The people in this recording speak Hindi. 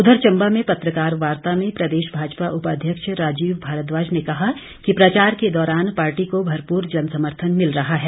उधर चम्बा में पत्रकार वार्ता में प्रदेश भाजपा उपाध्यक्ष राजीव भारद्वाज ने कहा कि प्रचार के दौरान पार्टी को भरपूर जनसमर्थन मिल रहा है